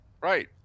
Right